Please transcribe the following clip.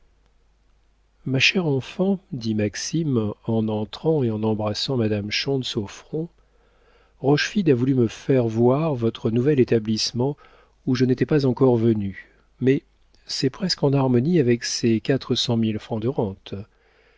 ma chère enfant dit maxime en entrant et en embrassant madame schontz au front rochefide a voulu me faire voir votre nouvel établissement où je n'étais pas encore venu mais c'est presque en harmonie avec ses quatre cent mille francs de rente